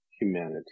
humanity